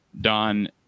Don